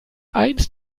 eins